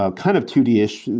ah kind of two d ish.